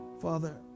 Father